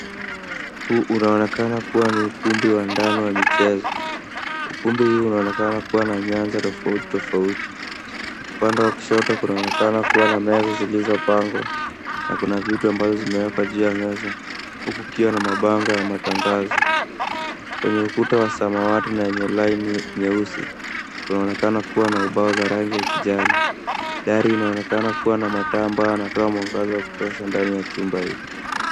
Huu unaonekana kuwa ni ukumbi wa ndani wa michezo. Ukumbi huu unaonekana kuwa na nyanja tofauti tofauti. Upande wa kushoto kunaonekana kuwa na meza zilizopangwa na kuna vitu ambazo vimewekwa juu ya meza, huku kukikiwa na mabango ya matangazo. Kwenye ukuta wa samawati na yenye laini nyeusi, kunaonekana kuwa na ubao za rangi ya kijani. Dari inaonekana kuwa na mataa ambayo yanatoa mwangaza wa kutosha ndani ya chumba hii.